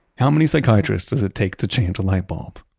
how many psychiatrists does it take to change a light bulb?